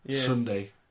Sunday